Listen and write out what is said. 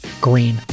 green